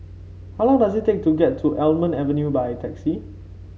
how long does it take to get to Almond Avenue by taxi